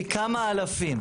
היא כמה אלפים.